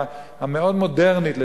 המאוד-מודרנית,